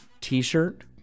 t-shirt